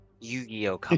Yu-Gi-Oh